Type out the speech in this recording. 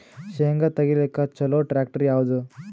ಶೇಂಗಾ ತೆಗಿಲಿಕ್ಕ ಚಲೋ ಟ್ಯಾಕ್ಟರಿ ಯಾವಾದು?